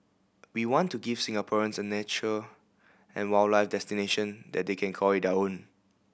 we want to give Singaporeans a nature and wildlife destination that they can call own